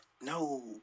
No